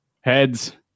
Heads